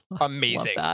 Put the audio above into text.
Amazing